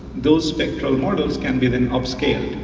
those spectral models can be then up scaled.